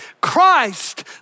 Christ